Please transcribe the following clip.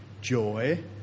joy